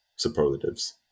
Superlatives